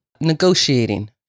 negotiating